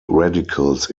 radicals